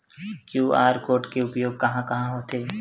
QR code के उपयोग कहां कहां होथे?